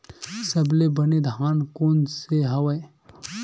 सबले बने धान कोन से हवय?